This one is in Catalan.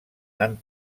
han